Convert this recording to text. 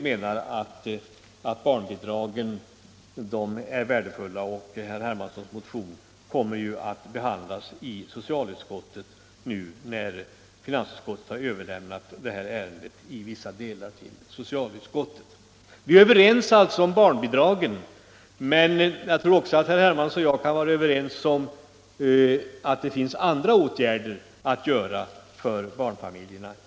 Vi är alltså överens om barnbidragen. Men jag tror också att herr Hermansson och jag kan vara överens om att det finns andra åtgärder att vidta för barnfamiljerna i landet än höjning av allmänna barnbidrag, nämligen ett mera riktat stöd.